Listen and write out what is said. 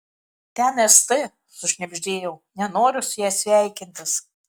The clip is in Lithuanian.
ten st sušnibždėjau nenoriu su ja sveikintis